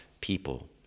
people